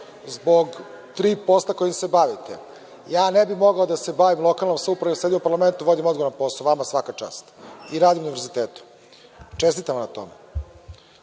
zbog tri posla kojim se bavite. Ja ne bih mogao da se bavim lokalnom samoupravom i da sedim u parlamentu i vodim ozbiljan posao. Vama svaka čast i rad na univerzitetu. Čestitam vam na tome. Što